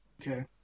Okay